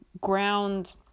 ground